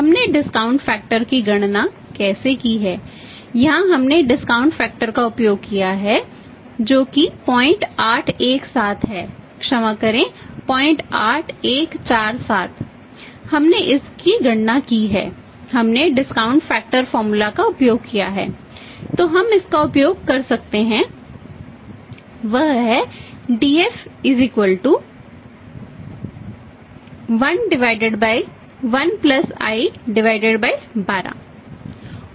हमने discount factor लेना है